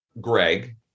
Greg